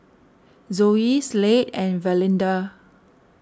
Zoe Slade and Valinda